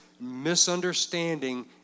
misunderstanding